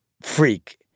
Freak